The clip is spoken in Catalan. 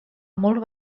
molt